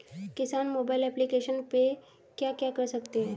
किसान mobile application पे क्या क्या कर सकते हैं?